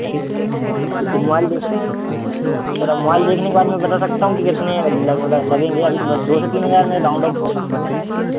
अब कुछ दि मोबाइल दे थोड़ा मोबाइल देखने के बाद बता सकता हूँ कि कितने लगभ लगेंगे अभी तो बस दो से तीन हज़ार मैं राउंड ऑफ बता